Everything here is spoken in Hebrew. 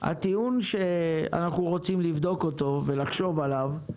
הטיעון שאנחנו רוצים לבדוק ולחשוב עליו,